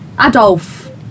Adolf